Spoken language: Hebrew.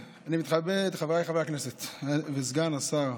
חבריי חברי הכנסת וסגן השר,